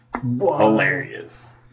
Hilarious